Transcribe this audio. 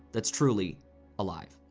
that's truly alive